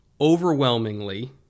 overwhelmingly